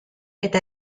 eta